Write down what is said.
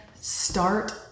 start